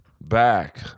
back